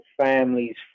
families